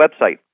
website